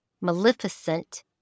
Maleficent